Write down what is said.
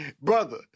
brother